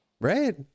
Right